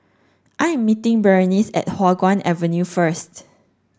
I am meeting Berenice at Hua Guan Avenue first